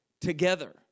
together